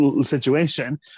situation